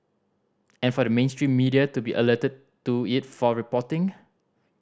and for the mainstream media to be alerted to it for reporting